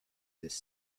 this